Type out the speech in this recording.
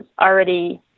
already